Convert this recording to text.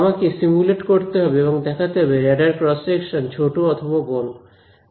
আমাকে সিমুলেট করতে হবে এবং দেখাতে হবে রেডার ক্রস সেকশন ছোট অথবা বড়